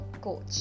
Coach